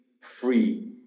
free